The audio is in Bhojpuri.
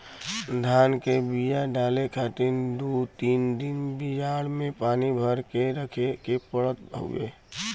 धान के बिया डाले खातिर दू तीन दिन बियाड़ में पानी भर के रखे के पड़त हउवे